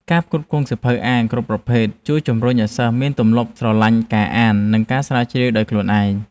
ការផ្គត់ផ្គង់សៀវភៅអានគ្រប់ប្រភេទជួយជំរុញឱ្យសិស្សមានទម្លាប់ស្រឡាញ់ការអាន និងការស្រាវជ្រាវដោយខ្លួនឯង។